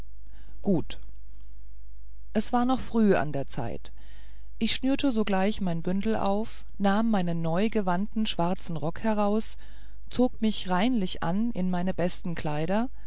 gut es war noch früh an der zeit ich schnürte sogleich mein bündel auf nahm meinen neu gewandten schwarzen rock heraus zog mich reinlich an in meine besten kleider